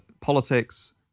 politics